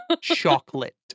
Chocolate